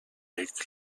avec